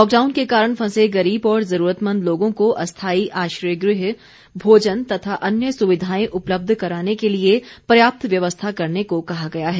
lockdown के कारण फंसे गरीब और जरूरतमंद लोगों को अस्थायी आश्रय गृह भोजन तथा अन्य सुविधायें उपलब्ध कराने के लिए पर्याप्त व्यवस्था करने को कहा गया है